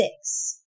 six